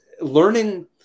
learning